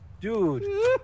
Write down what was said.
Dude